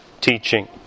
teaching